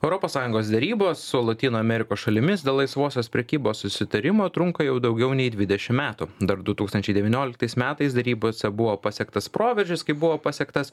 europos sąjungos derybos su lotynų amerikos šalimis dėl laisvosios prekybos susitarimo trunka jau daugiau nei dvidešim metų dar du tūkstančiai devynioliktais metais derybose buvo pasiektas proveržis kai buvo pasiektas